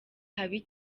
habi